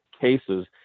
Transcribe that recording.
cases